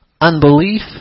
unbelief